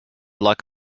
luck